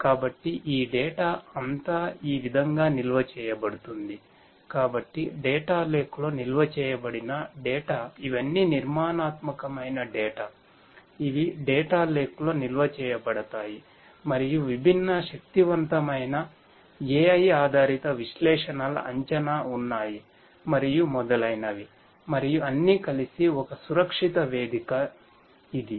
కాబట్టి ఈ డేటా లో నిల్వ చేయబడతాయి మరియు విభిన్న శక్తివంతమైన AI ఆధారిత విశ్లేషణల అంచనా ఉన్నాయి మరియు మొదలైనవి మరియు అన్నీ కలిసి ఒక సురక్షిత వేదిక ఇధి